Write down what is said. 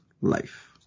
life